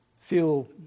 feel